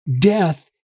death